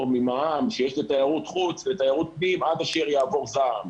ממע"מ שיש לתיירות חוץ לתיירות פנים עד אשר יעבור זעם,